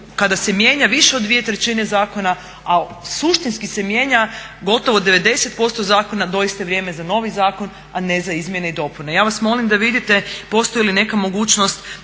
kada se mijenja više od 2/3 zakona a suštinski se mijenja gotovo 90% zakona doista je vrijeme za novi zakon a ne za izmjene i dopune. Ja vas molim da vidite postoji li neka mogućnost